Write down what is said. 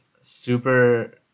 super